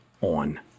on